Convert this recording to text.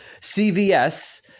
CVS